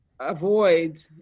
avoid